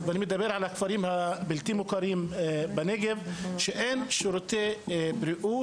אני מדבר על הכפרים הבלתי-מוכרים בנגב שאין שירותי בריאות.